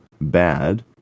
bad